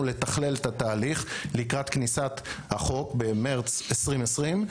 לתכלל את התהליך לקראת כניסת החוק במרץ 2020,